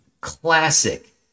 Classic